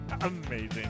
Amazing